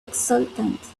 exultant